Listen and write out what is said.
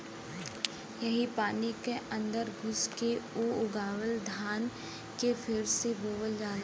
यही पानी क अन्दर घुस के ऊ उगला धान के फिर से बोअल जाला